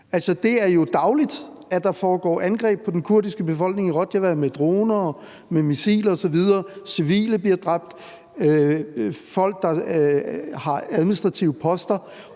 det er jo dagligt, at der foregår angreb på den kurdiske befolkning i Rojava med droner, med missiler osv. Civile og folk, der har administrative poster,